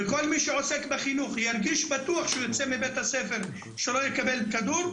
וכל מי שעוסק בחינוך ירגיש בטוח כאשר הוא יוצא מבית-הספר שלא יקבל כדור,